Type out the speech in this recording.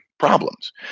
problems